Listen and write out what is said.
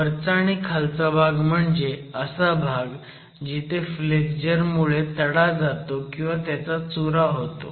वरचा आणि खालचा भाग म्हणजे असा भाग जिथे फ्लेक्झर मुळे तडा जातो किंवा चुरा होतो